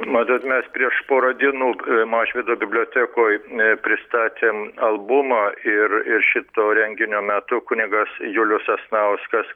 matot mes prieš porą dienų mažvydo bibliotekoj e pristatėm albumą ir ir šito renginio metu kunigas julius sasnauskas